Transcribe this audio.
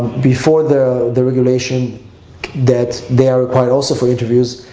before the the regulation that they are required also for interviews,